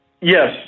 yes